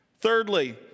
Thirdly